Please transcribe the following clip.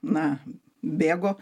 na bėgo